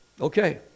Okay